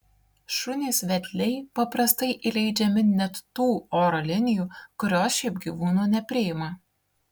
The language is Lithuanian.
šunys vedliai paprastai įleidžiami net tų oro linijų kurios šiaip gyvūnų nepriima